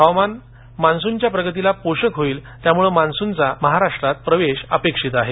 हवामान मान्सूनच्या प्रगतीला पोषक होईल त्यामुळे मान्सूनचा महाराष्ट्र प्रवेश अपेक्षित आहे